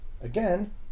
Again